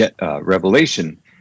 Revelation